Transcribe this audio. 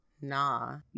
nah